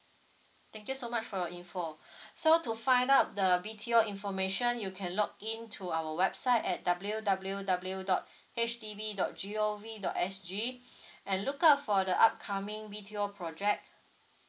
thank you so much for your info so to find out the B_T_O information you can log in to our website at W W W dot H D B dot G O V dot S G and look out for the upcoming B_T_O project